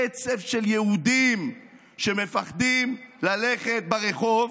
עצב של יהודים שמפחדים ללכת ברחוב.